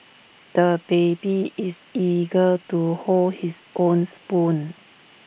the baby is eager to hold his own spoon